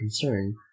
concern